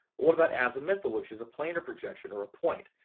what about azimuthal, which is a planar projection or a point,